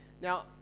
Now